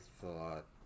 thought